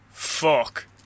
Fuck